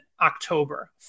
October